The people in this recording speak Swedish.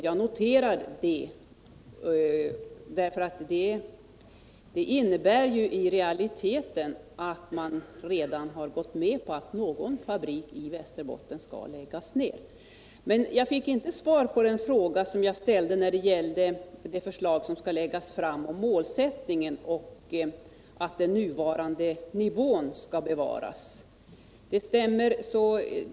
Jag noterar detta; det innebär i realiteten att man redan har gått med på att någon fabrik i Västerbotten skall läggas ned. i Jag fick inte svar på den fråga jag ställde när det gällde det förslag som skall läggas fram om målsättningen att den nuvarande nivån skall bevaras.